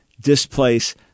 displace